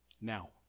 now